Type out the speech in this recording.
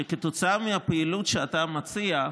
שכתוצאה מהפעילות שאתה מציע,